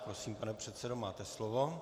Prosím, pane předsedo, máte slovo.